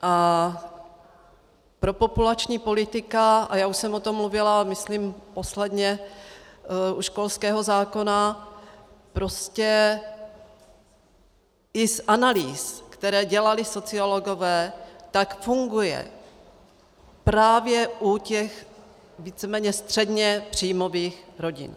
A propopulační politika, a já už jsem o tom mluvila myslím posledně u školského zákona, prostě i z analýz, které dělali sociologové, funguje právě u těch víceméně středně příjmových rodin.